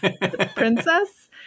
princess